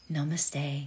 Namaste